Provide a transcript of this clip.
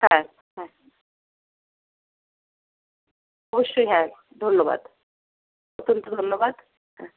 হ্যাঁ হ্যাঁ অবশ্যই হ্যাঁ ধন্যবাদ অত্যন্ত ধন্যবাদ হ্যাঁ